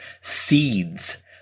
seeds